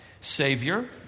Savior